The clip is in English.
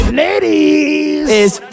ladies